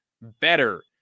better